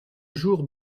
jour